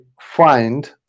find